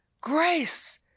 grace